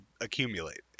accumulate